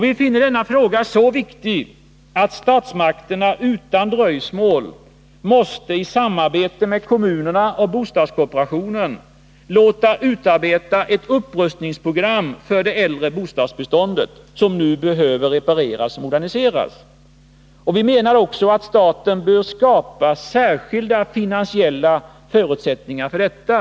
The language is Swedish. Vi finner denna fråga så viktig att vi anser att statsmakterna utan dröjsmål, i samarbete med kommunerna och bostadskooperationen, måste låta utarbeta ett upprustningsprogram för det äldre bostadsbeståndet, som nu behöver repareras och moderniseras. Vi menar också att staten, trots ett ansträngt statsfinansiellt läge, bör skapa särskilda finansiella förutsättningar för detta.